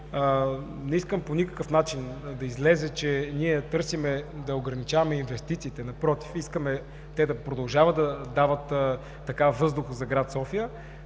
не искам по никакъв начин да излезе, че ние търсим да ограничаваме инвестициите. Напротив, искаме те да продължават да дават въздух за град София,